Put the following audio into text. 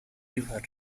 river